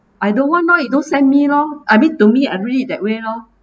I don't want lor you don't send me lor I mean to me I read it that way lor